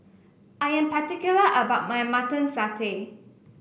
I am particular about my Mutton Satay